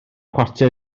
chwarter